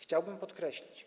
Chciałbym podkreślić